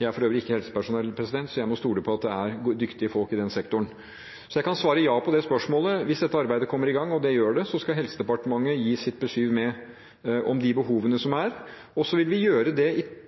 Jeg er for øvrig ikke helsepersonell, så jeg må stole på at det er dyktige folk i den sektoren. Så jeg kan svare ja på spørsmålet. Hvis dette arbeidet kommer i gang – og det gjør det – skal Helsedepartementet gi sitt besyv med når det gjelder de behovene som er. Vi vil gjøre det i